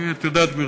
כי את יודעת,